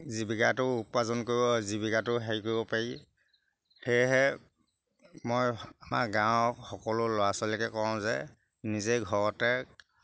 জীৱিকাটো উপাৰ্জন কৰিব জীৱিকাটো হেৰি কৰিব পাৰি সেয়েহে মই আমাৰ গাঁৱৰ সকলো ল'ৰা ছোৱালীকে কওঁ যে নিজেই ঘৰতে